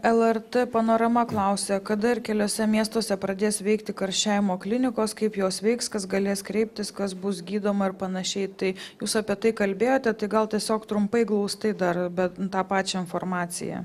lrt panorama klausia kada ir keliuose miestuose pradės veikti karščiavimo klinikos kaip jos veiks kas galės kreiptis kas bus gydoma ir panašiai tai jūs apie tai kalbėjote tai gal tiesiog trumpai glaustai dar bet tą pačią informaciją